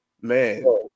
man